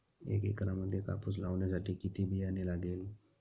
एका एकरामध्ये कापूस लावण्यासाठी किती बियाणे लागेल?